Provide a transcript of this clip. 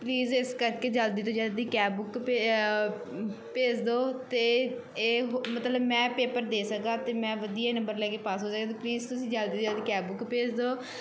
please ਇਸ ਕਰਕੇ ਜਲਦੀ ਤੋਂ ਜਲਦੀ ਕੈਬ ਬੁੱਕ ਭੇਜ ਭੇਜ ਦਿਓ ਅਤੇ ਇਹ ਮਤਲਬ ਮੈਂ ਪੇਪਰ ਦੇ ਸਕਾਂ ਅਤੇ ਮੈਂ ਵਧੀਆ ਨੰਬਰ ਲੈ ਕੇ ਪਾਸ ਹੋ ਸਕਾਂ ਅਤੇ ਪਲੀਜ਼ ਤੁਸੀਂ ਜਲਦੀ ਤੋਂ ਜਲਦੀ ਕੈਬ ਬੁੱਕ ਭੇਜ ਦਿਓ